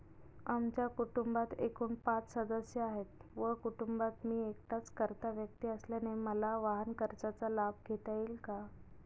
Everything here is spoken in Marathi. आमच्या कुटुंबात एकूण पाच सदस्य आहेत व कुटुंबात मी एकटाच कर्ता व्यक्ती असल्याने मला वाहनकर्जाचा लाभ घेता येईल का?